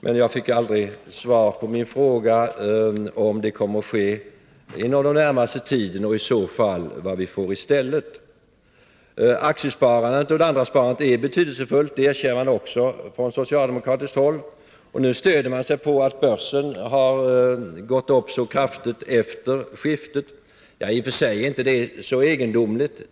Men jag fick aldrig något svar på min fråga om det kommer att ske inom den närmaste tiden och vad vi i så fall får i stället. Att aktiesparandet och annat sparande är betydelsefullt erkänner man också från socialdemokratiskt håll. Nu stöder man sig på att börskurserna gått upp så kraftigt efter skiftet. I och för sig är det inte så egendomligt.